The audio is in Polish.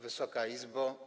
Wysoka Izbo!